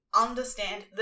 Understand